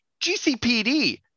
GCPD